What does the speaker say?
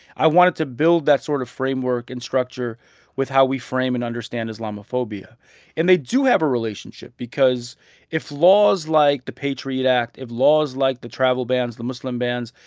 i wanted to build that sort of framework and structure with how we frame and understand islamophobia and they do have a relationship because if laws like the patriot act, if laws like the travel bans, the muslim bans,